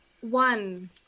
One